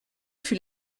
fut